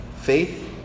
Faith